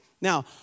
Now